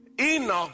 Enoch